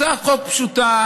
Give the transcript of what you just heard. זו הצעת חוק פשוטה,